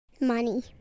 Money